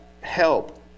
help